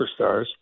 superstars